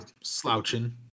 Slouching